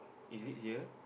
is it here